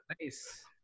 nice